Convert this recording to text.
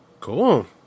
Cool